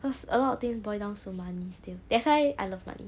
cause a lot of things boil down to money still that's why I love money